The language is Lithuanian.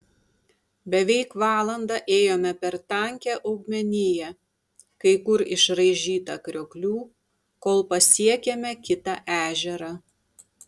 beveik valandą ėjome per tankią augmeniją kai kur išraižytą krioklių kol pasiekėme kitą ežerą